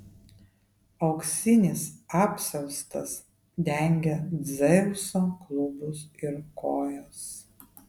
auksinis apsiaustas dengė dzeuso klubus ir kojas